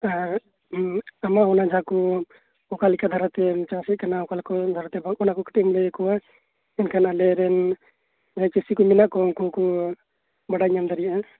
ᱦᱮᱸ ᱟᱢᱟᱜ ᱚᱱᱟ ᱚᱠᱟᱞᱮᱠᱟᱱ ᱫᱷᱟᱨᱟᱛᱮᱢ ᱪᱟᱥᱮᱫ ᱛᱟᱦᱮᱸᱱᱟ ᱚᱠᱟᱞᱮᱠᱟᱱ ᱫᱷᱟᱨᱟᱛᱮ ᱠᱷᱟᱹᱴᱟᱹᱞᱤ ᱦᱩᱭ ᱚᱱᱟᱠᱚ ᱠᱟᱹᱴᱤᱡ ᱮᱢ ᱞᱟᱹᱭᱟᱠᱚᱣᱟ ᱮᱱᱠᱷᱟᱱ ᱟᱞᱮ ᱨᱮᱱ ᱡᱟᱦᱟᱸᱭ ᱪᱟᱹᱥᱤ ᱠᱚ ᱢᱮᱱᱟᱜ ᱠᱚᱣᱟ ᱩᱱᱠᱩ ᱦᱚᱸᱠᱚ ᱵᱟᱰᱟᱭ ᱧᱟᱢ ᱫᱟᱲᱮᱭᱟᱜᱼᱟ